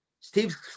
Steve